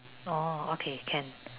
orh okay can